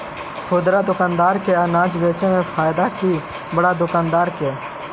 खुदरा दुकानदार के अनाज बेचे में फायदा हैं कि बड़ा दुकानदार के?